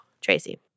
tracy